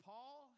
Paul